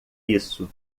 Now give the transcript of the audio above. isso